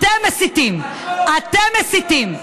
אתם מסיתים.